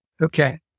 Okay